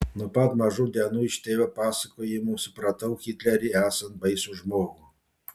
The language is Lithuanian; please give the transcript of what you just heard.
nuo pat mažų dienų iš tėvo pasakojimų supratau hitlerį esant baisų žmogų